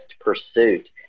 pursuit